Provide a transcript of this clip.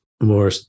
more